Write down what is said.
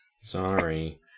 Sorry